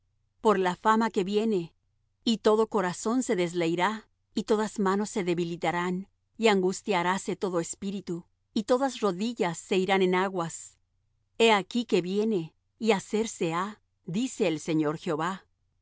por la fama que viene y todo corazón se desleirá y todas manos se debilitarán y angustiaráse todo espíritu y todas rodillas se irán en aguas he aquí que viene y hacerse ha dice el señor jehová